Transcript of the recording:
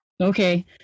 Okay